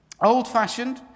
Old-fashioned